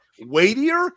weightier